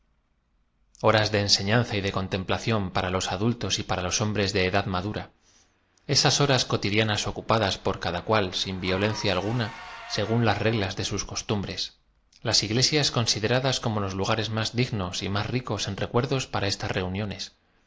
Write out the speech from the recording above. ora de ensefianza y de contemplación para los adultos y para los hombres de edad madura esas ho ras cotidianas ocupadas por cada cuál sin violencia alguna según las reglas de sus costumbres las iglesias consideradas como los lugares más digaos y más ricos en recuerdos para estas reuniones